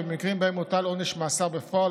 ובמקרים שבהם הוטל עונש מאסר בפועל,